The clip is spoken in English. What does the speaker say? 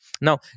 Now